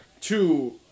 Two